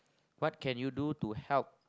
what can you do to help